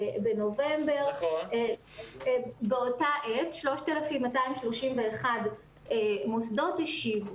ב-1 בנובמבר, באותה עת 3,231 מוסדות השיבו.